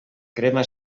crema